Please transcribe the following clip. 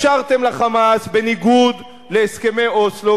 אפשרתם ל"חמאס" בניגוד להסכמי אוסלו,